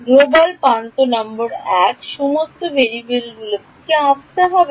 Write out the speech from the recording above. global প্রান্ত নম্বর 1 সমস্ত ভেরিয়েবল কি আসতে হবে